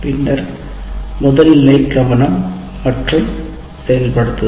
பின்னர் முதல் நிலை கவனம் மற்றும் செயல்படுத்தல்